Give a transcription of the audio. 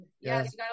yes